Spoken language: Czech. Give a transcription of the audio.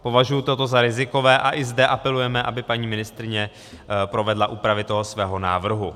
Považuji toto za rizikové a i zde apelujeme, aby paní ministryně provedla úpravy toho svého návrhu.